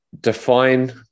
define